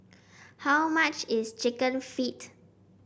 how much is chicken feet